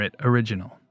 original